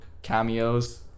cameos